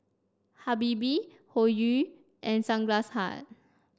Habibie Hoyu and Sunglass Hut